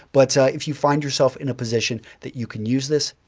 but if you find yourself in a position that you can use this,